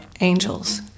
angels